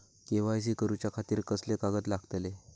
KYC करूच्या खातिर कसले कागद लागतले?